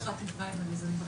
המדינה בדיון הזה היא הרגולטור,